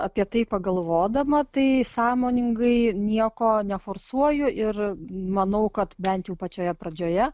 apie tai pagalvodama tai sąmoningai nieko neforsuoju ir manau kad bent jau pačioje pradžioje